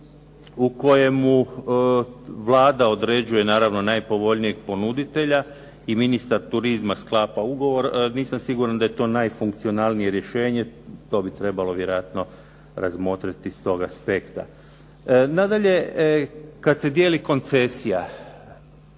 u kojemu Vlada određuje naravno najpovoljnijeg ponuditelja i ministar turizma sklapa ugovor. Nisam siguran da je to najfunkcionalnije rješenje. To bi trebalo vjerojatno razmotriti s toga aspekta. Nadalje, kada se dijeli koncesija,